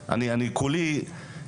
אני חייב לספר לך שרן.